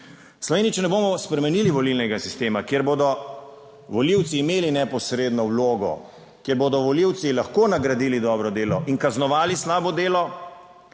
Sloveniji. Če ne bomo spremenili volilnega sistema, kjer bodo volivci imeli neposredno vlogo, kjer bodo volivci lahko nagradili dobro delo in kaznovali slabo delo,